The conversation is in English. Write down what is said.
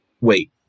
Wait